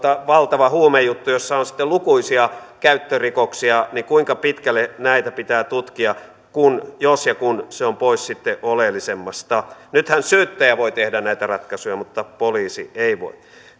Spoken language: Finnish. valtava huumejuttu jossa on sitten lukuisia käyttörikoksia niin kuinka pitkälle näitä pitää tutkia jos ja kun se on pois sitten oleellisemmasta nythän syyttäjä voi tehdä näitä ratkaisuja mutta poliisi ei voi